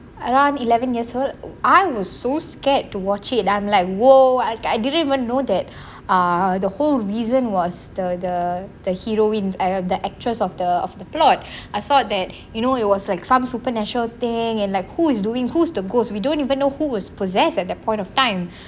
around eleven yars old I was so scared to watch it I'm like !whoa! I didn't even know that uh the whole reason was the the the heroine the the actress of the of the plot I thought that you know it was like some supernatural thing and like who is doing who's the ghost we don't even know who was possessed at that point of time